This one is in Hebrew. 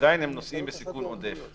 עדיין הם נושאים בסיכון עודף.